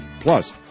Plus